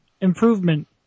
improvement